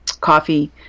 coffee